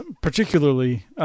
particularly